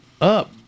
up